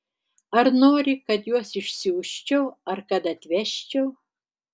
ar nori kad juos išsiųsčiau ar kad atvežčiau